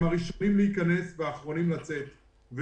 הם הראשונים להיכנס והאחרונים לצאת.